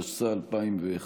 התשס"א 2001,